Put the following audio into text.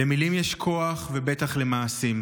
למילים יש כוח ובטח למעשים.